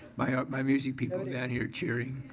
my ah my music people down here cheering.